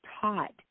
taught